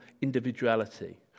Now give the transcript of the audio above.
individuality